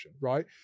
right